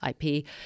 IP